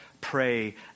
pray